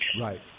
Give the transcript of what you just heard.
Right